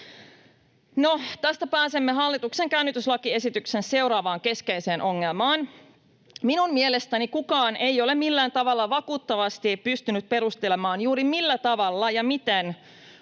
tästä pääsemme hallituksen käännytyslakiesityksen seuraavaan keskeiseen ongelmaan. Minun mielestäni kukaan ei ole millään tavalla vakuuttavasti pystynyt perustelemaan juuri sitä, millä tavalla ja miten